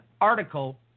article